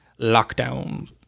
lockdown